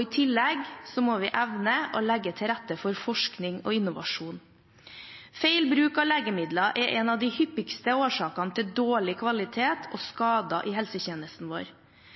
I tillegg må vi evne å legge til rette for forskning og innovasjon. Feilbruk av legemidler er en av de hyppigste årsakene til dårlig kvalitet og